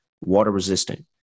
water-resistant